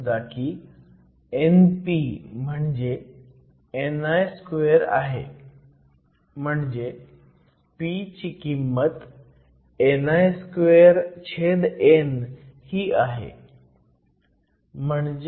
अस समजा की np म्हणजे ni2 आहे म्हणजे p ची किंमत ni2n ही आहे